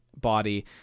body